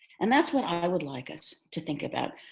and that's what i would like us to think about.